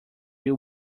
you